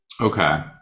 Okay